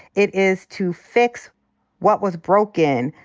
it is to fix what was broken,